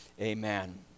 Amen